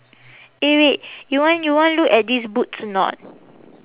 eh wait you want you want look at this boots or not